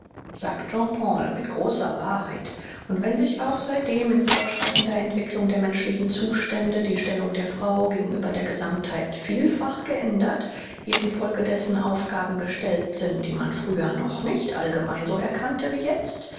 sagt jean paul mit großer wahrheit und wenn sich auch seitdem in fortschreitender entwicklung der menschlichen zustände die stellung der frau gegenüber der gesammtheit vielfach geändert ihr in folge dessen aufgaben gestellt sind die man früher noch nicht allgemein so erkannte wie jetzt